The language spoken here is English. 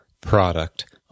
product